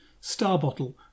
starbottle